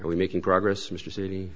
we making progress mr city